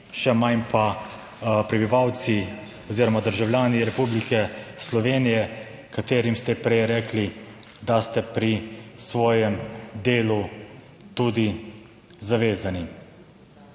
še manj pa prebivalci oziroma državljani Republike Slovenije, katerim ste prej rekli, da ste pri svojem delu tudi zavezani.